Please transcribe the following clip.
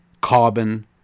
carbon